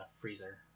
freezer